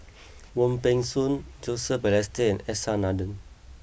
Wong Peng Soon Joseph Balestier S R Nathan